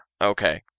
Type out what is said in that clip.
Okay